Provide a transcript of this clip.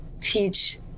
teach